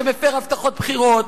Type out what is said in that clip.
שמפר הבטחות בחירות,